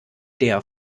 der